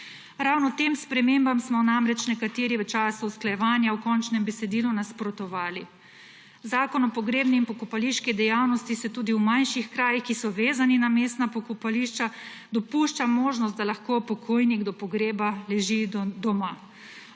Ravno tem spremembam smo namreč nekateri v času usklajevanja v končnem besedilu nasprotovali. V Zakonu o pogrebni in pokopališki dejavnosti se tudi v manjših krajih, ki so vezani na mestna pokopališča, dopušča možnost, da lahko pokojnik do pogreba leži doma.